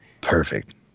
perfect